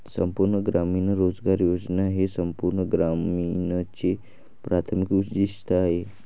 संपूर्ण ग्रामीण रोजगार योजना हे संपूर्ण ग्रामीणचे प्राथमिक उद्दीष्ट आहे